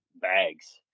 bags